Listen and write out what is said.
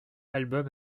album